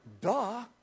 Duh